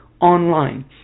online